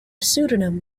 pseudonym